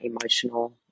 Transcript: emotional